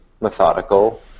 methodical